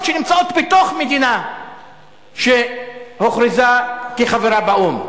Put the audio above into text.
שנמצאות בתוך מדינה שהוכרזה כחברה באו"ם.